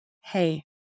hey